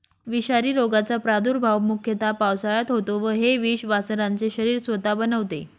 विषारी रोगाचा प्रादुर्भाव मुख्यतः पावसाळ्यात होतो व हे विष वासरांचे शरीर स्वतः बनवते